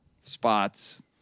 spots